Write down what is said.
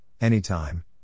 anytime